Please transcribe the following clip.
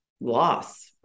loss